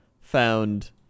found